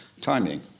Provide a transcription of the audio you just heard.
timing